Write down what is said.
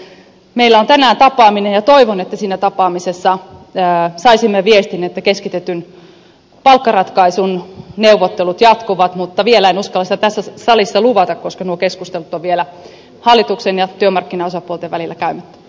meillä on tänään tapaaminen ja toivon että siinä tapaamisessa saisimme viestin että keskitetyn palkkaratkaisun neuvottelut jatkuvat mutta vielä en uskalla sitä tässä salissa luvata koska nuo keskustelut ovat vielä hallituksen ja työmarkkinaosapuolten välillä käymättä